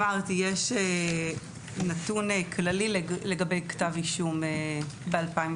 אמרתי, יש נתון כללי לגבי כתב אישום ב-2021.